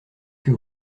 que